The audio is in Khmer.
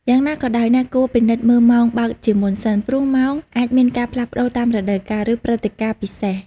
យ៉ាងណាក៏ដោយ អ្នកគួរពិនិត្យមើលម៉ោងបើកជាមុនសិន ព្រោះម៉ោងអាចមានការផ្លាស់ប្ដូរតាមរដូវកាល ឬព្រឹត្តិការណ៍ពិសេស។